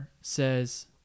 says